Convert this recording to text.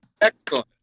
Excellent